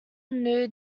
now